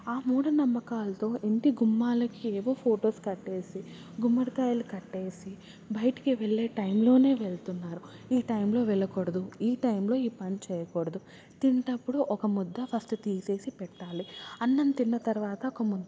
ఆ మూఢనమ్మకాలతో ఇంటి గుమ్మాలకి ఏవో ఫొటోస్ కట్టేసి గుమ్మడికాయలు కట్టేసి బయటికి వెళ్ళే టైంలోనే వెళ్తున్నారు ఈ టైంలో వెళ్ళకూడదు ఈ టైంలో ఈ పని చెయ్యకూడదు తినేటప్పుడు ఒక ముద్ద ఫస్ట్ తీసేసి పెట్టాలి అన్నం తిన్న తర్వాత ఒక ముద్ద